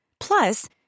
Plus